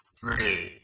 three